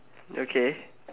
okay